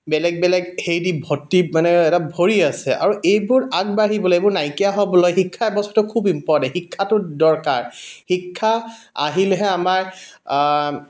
বেলেগ বেলেগ সেই দি ভৰ্তি মানে এটা ভৰি আছে আৰু এইবোৰ আগবাঢ়িবলৈ এইবোৰ নাইকীয়া হ'বলৈ শিক্ষা বস্তুটো খুব ইম্পৰ্টেণ্ট শিক্ষাটো দৰকাৰ শিক্ষা আহিলেহে আমাৰ